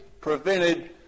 prevented